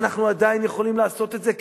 ואנחנו עדיין יכולים לעשות את זה,